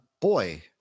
Boy